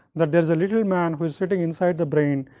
that there is a little man who is sitting inside the brain,